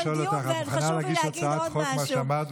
חשוב לי להגיד עוד משהו.